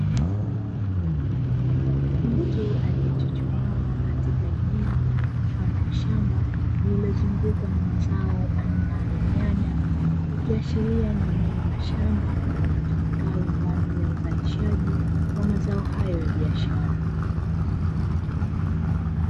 Mtu aliyechuchumaa katika eneo mfano wa shamba, lililozungukwa na mazao aina ya nyanya ikiashiria ni eneo la shamba ndio tumekalo kwa ajili ya uzalishaji wa mazao hayo ya biashara.